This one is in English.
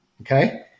okay